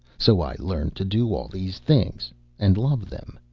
so i learned to do all these things and love them